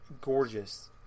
gorgeous